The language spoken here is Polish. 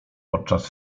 podczas